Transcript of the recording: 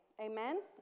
Amen